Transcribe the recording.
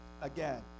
Again